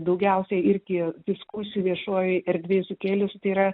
daugiausiai irgi diskusijų viešojoj erdvėj sukėlius tai yra